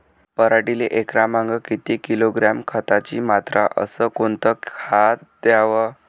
पराटीले एकरामागं किती किलोग्रॅम खताची मात्रा अस कोतं खात द्याव?